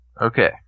Okay